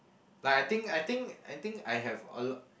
like I think I think I think I have a lot